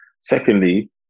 Secondly